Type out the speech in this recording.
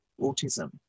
autism